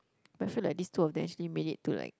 but I feel like these two of they actually made it to like